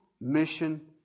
mission